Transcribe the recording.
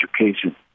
Education